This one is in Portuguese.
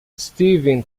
steven